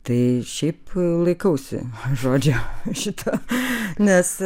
tai šiaip laikausi žodžio šito nes